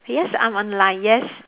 yes I'm online yes